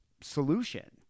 solution